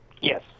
Yes